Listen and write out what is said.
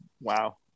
Wow